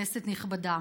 כנסת נכבדה,